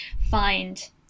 find